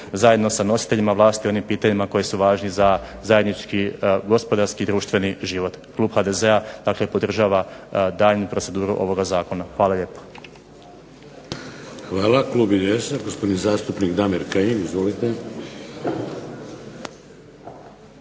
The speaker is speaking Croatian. zajedno sa nositeljima vlasti o onim pitanjima koji su važni za zajednički gospodarski i društveni život. Klub HDZ-a podržava daljnju proceduru ovoga zakona. Hvala lijepo. **Šeks, Vladimir (HDZ)** Hvala. Klub IDS-a gospodin zastupnik Damir Kajin. Izvolite.